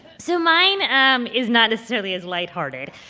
so mine um is not necessarily as lighthearted,